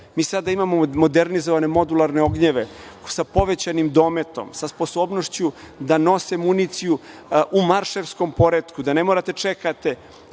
Mi sada imamo modernizovane modularne ognjeve sa povećanim dometom, sa sposobnošću da nose municiju u marševskom poretku, da ne morate čekati